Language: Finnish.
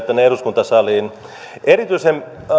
tänne eduskuntasaliin siirtyneenä erityisen